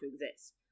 exist